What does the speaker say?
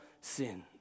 sin